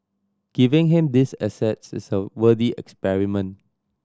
giving him these assets is a worthy experiment